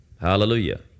Hallelujah